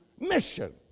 Mission